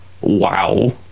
wow